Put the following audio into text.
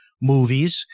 movies